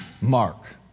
Mark